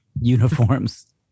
Uniforms